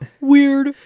weird